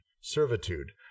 servitude